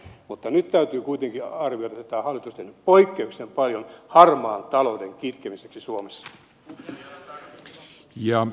mutta nyt täytyy kuitenkin arvioida että tämä hallitus on tehnyt poikkeuksellisen paljon harmaan talouden kitkemiseksi suomessa